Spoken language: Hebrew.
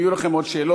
אם יהיו לכם עוד שאלות,